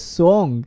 song